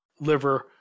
liver